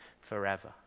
forever